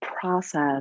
process